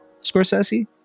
Scorsese